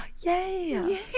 Yay